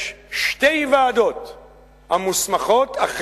יש שתי ועדות המוסמכות, אכן,